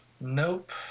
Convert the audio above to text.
Nope